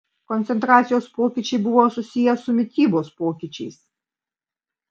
koncentracijos pokyčiai buvo susiję su mitybos pokyčiais